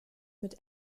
mit